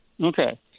Okay